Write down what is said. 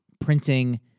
printing